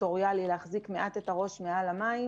סקטוריאלי להחזיק מעט את הראש מעל המים.